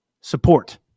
support